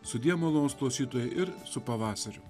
sudie malonūs klausytojai ir su pavasariu